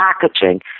packaging